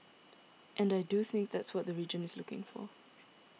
and I do think that's what the region is looking for